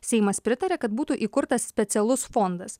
seimas pritaria kad būtų įkurtas specialus fondas